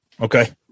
Okay